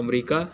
America